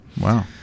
Wow